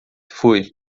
fui